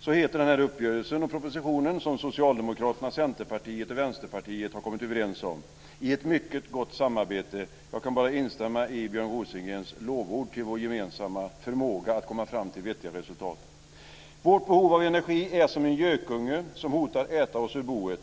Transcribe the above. Så kallas denna uppgörelse och proposition som Socialdemokraterna, Centerpartiet och Vänsterpartiet har kommit överens om i ett mycket gott samarbete. Jag kan bara instämma i Björn Rosengrens lovord till vår gemensamma förmåga att komma fram till vettiga resultat. Vårt behov av energi är som en gökunge som hotar att äta oss ur boet.